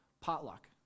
potluck